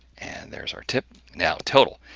and there's our tip. now, total.